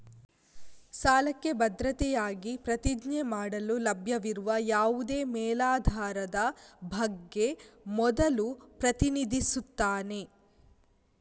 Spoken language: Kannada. ಸಾಲಕ್ಕೆ ಭದ್ರತೆಯಾಗಿ ಪ್ರತಿಜ್ಞೆ ಮಾಡಲು ಲಭ್ಯವಿರುವ ಯಾವುದೇ ಮೇಲಾಧಾರದ ಬಗ್ಗೆ ಮೊದಲು ಪ್ರತಿನಿಧಿಸುತ್ತಾನೆ